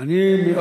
אני מאוד,